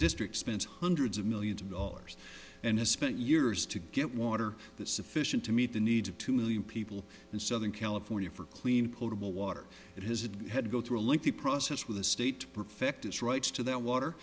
district spends hundreds of millions of dollars and has spent years to get water that sufficient to meet the needs of two million people in southern california for clean potable water that has it had to go through a lengthy process with the state to perfect its rights to their water